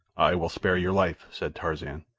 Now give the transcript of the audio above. i will spare your life, said tarzan,